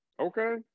Okay